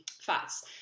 fats